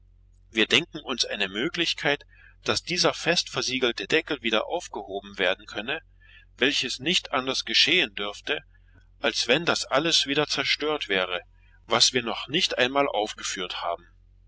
wir denken uns eine möglichkeit daß dieser festversiegelte deckel wieder aufgehoben werden könne welches nicht anders geschehen dürfte als wenn das alles wieder zerstört wäre was wir noch nicht einmal aufgeführt haben